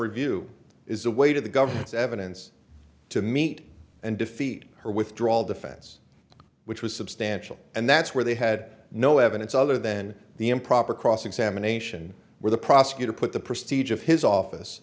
review is the weight of the government's evidence to meet and defeat or withdraw all defense which was substantial and that's where they had no evidence other than the improper cross examination where the prosecutor put the